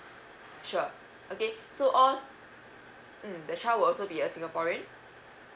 sure okay so uh mm their child will also be a singaporean